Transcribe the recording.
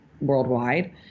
worldwide